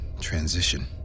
transition